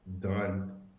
done